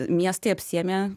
miestai apsiėmė